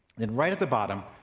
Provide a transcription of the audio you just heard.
then right at the bottom,